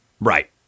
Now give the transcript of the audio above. Right